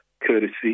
courtesy